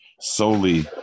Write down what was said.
solely